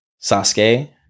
Sasuke